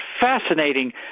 fascinating